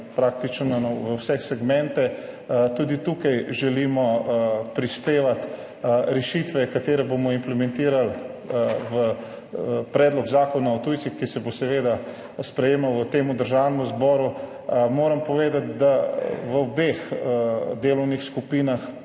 praktično v vse segmente. Tudi tukaj želimo prispevati rešitve, ki jih bomo implementirali v predlog zakona o tujcih, ki se bo seveda sprejemal v Državnem zboru. Moram povedati, da smo v obeh delovnih skupinah